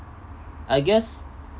I guess